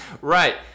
Right